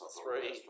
three